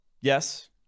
Yes